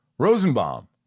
Rosenbaum